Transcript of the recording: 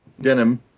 Denim